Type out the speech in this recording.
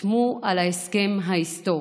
חתמו על ההסכם ההיסטורי,